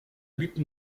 butte